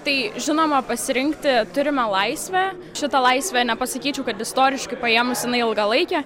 tai žinoma pasirinkti turime laisvę šita laisvė nepasakyčiau kad istoriškai paėmus jinai ilgalaikė